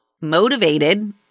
Motivated